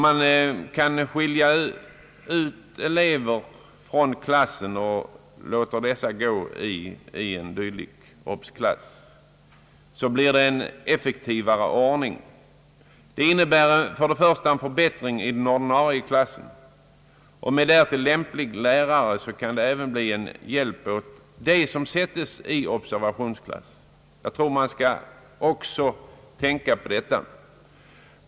När man skiljer ut elever från klassen, blir det i första hand en förbättring i den ordinarie klassen, men med lämplig lärare kan observationsklassen bli till hjälp också för dem som placeras där. Jag tror att man också bör tänka på detta.